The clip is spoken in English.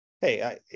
Hey